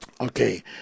Okay